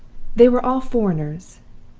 they were all foreigners,